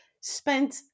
spent